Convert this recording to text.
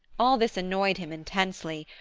all this annoyed him intensely,